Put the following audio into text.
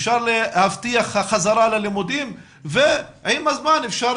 אפשר להבטיח את ההחזרה ללימודים ועם הזמן אפשר